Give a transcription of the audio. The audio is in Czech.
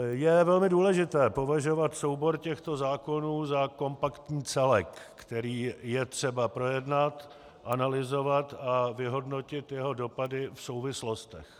Je velmi důležité považovat soubor těchto zákonů za kompaktní celek, který je třeba projednat, analyzovat a vyhodnotit jeho dopady v souvislostech.